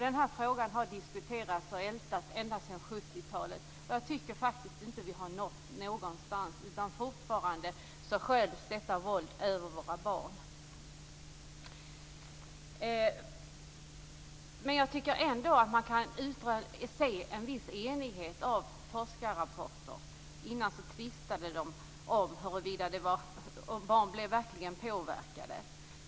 Den här frågan har diskuterats och ältats ända sedan 70-talet, men jag tycker faktiskt inte att vi har nått någonstans. Fortfarande sköljs detta våld över våra barn. Jag tycker ändå att man kan se en viss enighet i forskarrapporter. Innan tvistade de om huruvida barn verkligen blev påverkade.